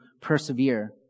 persevere